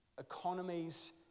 economies